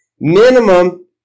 Minimum